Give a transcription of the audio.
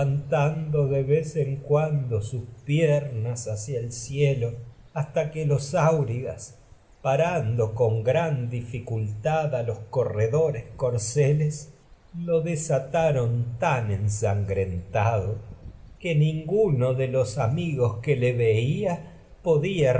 levantando de vez en cuando sus piernas hacia el cielo hasta que los aurigas paran con do gran tan dificultad á los corredores corceles lo des ataron ensangrentado que ninguno de los amigos reconocer que en le veía podía